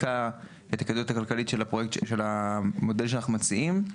בדקה את הכדאיות הכלכלית של המודל שאנחנו מציעים.